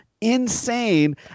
insane